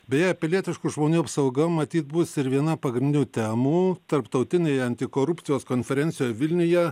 beje pilietiškų žmonių apsauga matyt bus ir viena pagrindinių temų tarptautinėje antikorupcijos konferencijoj vilniuje